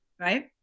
Right